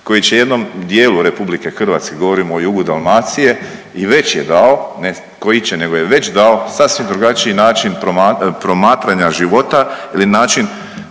koji će jednom dijelu RH, govorim o jugu Dalmacije i već je dao, ne koji će, nego je već dao sasvim drugačiji način promatranja života ili način